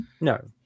no